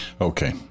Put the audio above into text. Okay